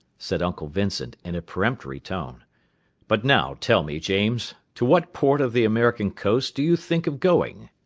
said uncle vincent, in a peremptory tone but now, tell me, james, to what port of the american coast do you think of going?